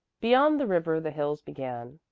beyond the river the hills began.